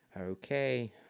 Okay